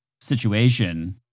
situation